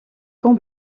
qu’en